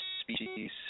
species